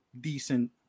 decent